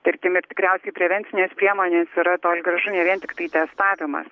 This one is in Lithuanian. tarkim ir tikriausiai prevencinės priemonės yra toli gražu ne vien tiktai testavimą